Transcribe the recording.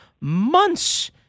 months